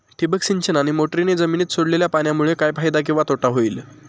ठिबक सिंचन आणि मोटरीने जमिनीत सोडलेल्या पाण्यामुळे काय फायदा किंवा तोटा होईल?